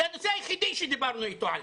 זה הנושא היחידי שדיברנו איתו עליו.